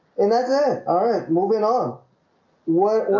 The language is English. and that's it all right moving on what?